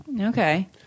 okay